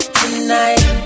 tonight